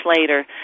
later